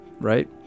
right